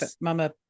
Mama